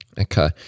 Okay